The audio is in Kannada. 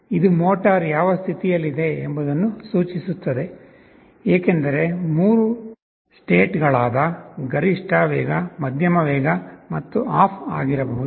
ಇದು ಮೋಟರ್ ಯಾವ ಸ್ಥಿತಿಯಲ್ಲಿದೆ ಎಂಬುದನ್ನು ಸೂಚಿಸುತ್ತದೆ ಏಕೆಂದರೆ 3 ಸ್ಟೇಟ್ ಗಳಾದ ಗರಿಷ್ಠ ವೇಗ ಮಧ್ಯಮ ವೇಗ ಮತ್ತು ಆಫ್ ಆಗಿರಬಹುದು